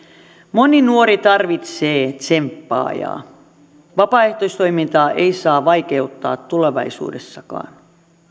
moni nuori tarvitsee tsemppaajaa vapaaehtoistoimintaa ei saa vaikeuttaa tulevaisuudessakaan